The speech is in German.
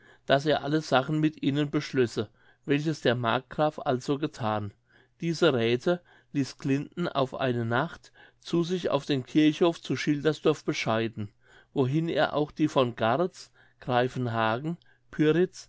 daß er alle sachen mit ihnen beschlösse welches der markgraf also gethan diese räthe ließ glinden auf eine nacht zu sich auf den kirchhof zu schildersdorf bescheiden wohin er auch die von garz greifenhagen pyritz